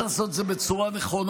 צריך לעשות את זה בצורה נכונה,